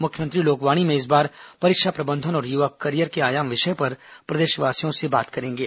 मुख्यमंत्री लोकवाणी में इस बार परीक्षा प्रबंधन और युवा कॅरिअर के आयाम विषय पर प्रदेशवासियों से बात करेंगे